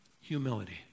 humility